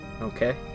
okay